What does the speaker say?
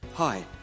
Hi